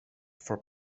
for